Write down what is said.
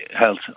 health